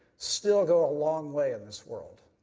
still go a long way in this world.